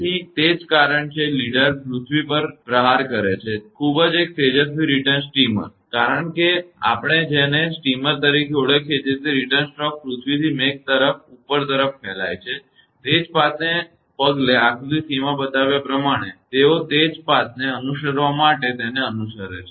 તેથી તે જ કારણ છે કે લીડર પૃથ્વી પર પ્રહાર કરે છે એક ખૂબ જ તેજસ્વી રીટર્ન સ્ટ્રીમર આપણે જેને સ્ટીમર તરીકે ઓળખીએ છીએ તે રીટર્ન સ્ટ્રોક પૃથ્વીથી મેઘ તરફ ઉપર તરફ ફેલાય છે તે જ પાથને પગલે આકૃતિ c માં બતાવ્યા પ્રમાણે તેઓ તે જ પાથને અનુસરવા માટે તેને અનુસરે છે